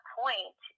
point